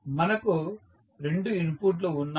మనకు రెండు ఇన్పుట్లు ఉన్నాయి